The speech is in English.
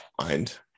mind